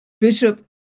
Bishop